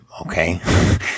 okay